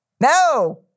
no